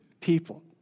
people